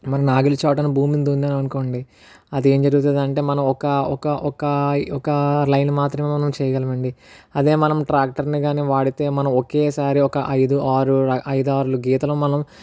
మన నాగలి చాటున భూమిని దున్నామనుకోండి అది ఎమ్ జరుగుతుందంటే మనము ఒక ఒక ఒక ఒక లైన్ మాత్రమే మనం చేయగలమండి అదే మనము ట్రాక్టరు ని కానీ వాడితే మనం ఒకేసారి ఒక అయిదుఆరు అయిదుఆరు గీతలు మనం